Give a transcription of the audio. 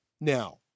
now